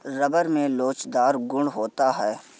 rubber में लोचदार गुण होता है